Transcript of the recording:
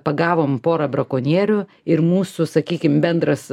pagavom porą brakonierių ir mūsų sakykim bendras